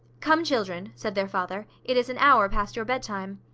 come, children, said their father, it is an hour past your bedtime.